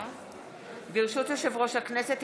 ברשות יושב-ראש הכנסת,